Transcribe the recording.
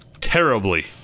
Terribly